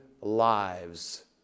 lives